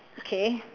okay